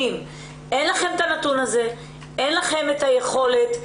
אין לכם את הנתון הזה, אין לכם את היכולת.